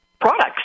products